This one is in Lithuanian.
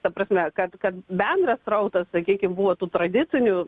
ta prasme kad kad bendras srautas sakykim buvo tų tradicinių